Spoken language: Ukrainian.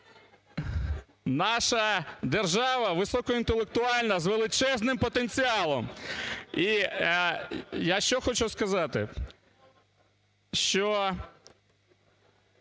Наша держава високоінтелектуальна з величезним потенціалом. І я, що хочу сказати,